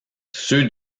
ceux